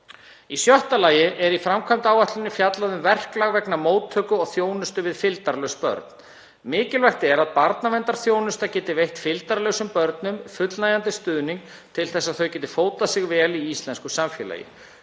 Í sjötta lagi er í framkvæmdaáætluninni fjallað um verklag vegna móttöku og þjónustu við fylgdarlaus börn. Mikilvægt er að barnaverndarþjónusta geti veitt fylgdarlausum börnum fullnægjandi stuðning til þess að þau geti fótað sig vel í íslensku samfélagi.